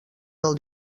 del